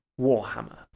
warhammer